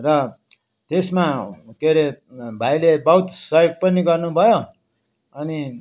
र त्यसमा के रे भाइले बहुत सहयोग पनि गर्नुभयो अनि